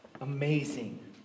amazing